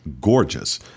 gorgeous